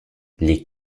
les